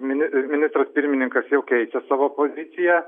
mini ministras pirmininkas jau keičia savo poziciją